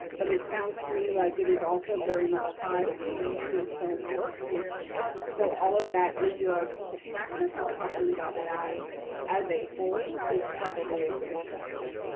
but it sounds to me like it is also very much tied to your film work. so all of that is your artistic practice. and talking about that as a whole is probably a good strategy.